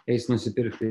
eis nusipirkti